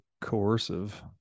coercive